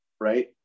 right